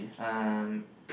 um